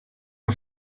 the